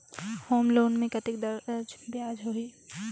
Home loan मे कतेक ब्याज दर होही?